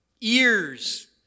ears